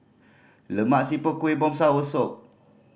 Lemak Siput Kuih Bom soursop